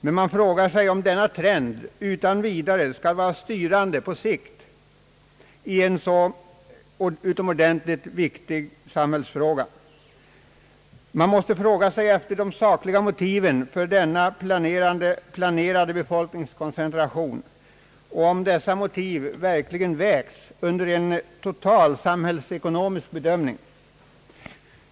Men man frågar sig om denna trend utan vidare skall vara styrande på sikt i en så utomordentligt viktig samhällsfråga. Man måste fråga efter de sakliga motiven för denna planerade befolkningskoncentration och om dessa motiv verkligen väges under en total samhällsekonomisk bedömning.